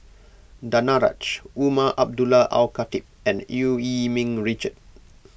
Danaraj Umar Abdullah Al Khatib and Eu Yee Ming Richard